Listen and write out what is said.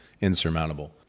insurmountable